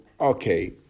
okay